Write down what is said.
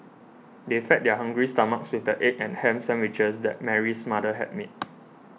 they fed their hungry stomachs with the egg and ham sandwiches that Mary's mother had made